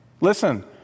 Listen